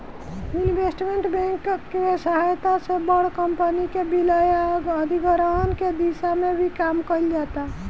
investment bank के सहायता से बड़ कंपनी के विलय आ अधिग्रहण के दिशा में भी काम कईल जाता